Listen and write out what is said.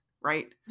right